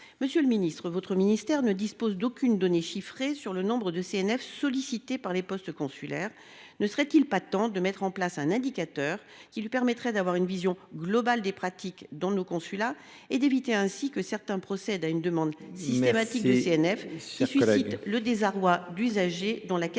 et des affaires étrangères ne dispose d’aucune donnée chiffrée sur le nombre de CNF sollicités par les postes consulaires. Ne serait il pas temps de mettre en place un indicateur lui permettant d’avoir une vision globale des pratiques dans nos consulats, de manière à éviter que certains ne procèdent à une demande systématique de CNF, suscitant le désarroi d’usagers dont la qualité